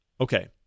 Okay